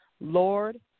Lord